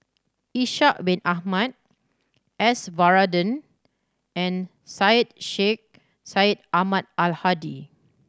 Ishak Bin Ahmad S Varathan and Syed Sheikh Syed Ahmad Al Hadi